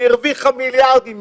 שהרוויחה מיליארדים,